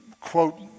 quote